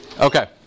Okay